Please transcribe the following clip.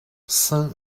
saint